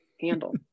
handle